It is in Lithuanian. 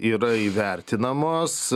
yra įvertinamos